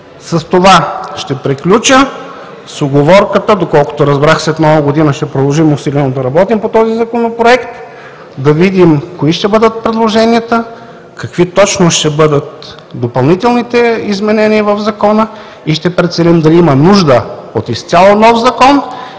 С това ще приключа с уговорката, доколкото разбрах, след Нова година ще продължим усилено да работим по този законопроект – да видим кои ще бъдат предложенията, какви точно ще бъдат допълнителните изменения в Закона, ще преценим дали има нужда от изцяло нов закон